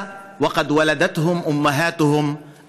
מתי התחלתם לשעבד בני